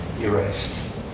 erased